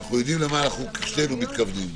אנחנו יודעים למה שנינו מתכוונים.